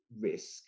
risk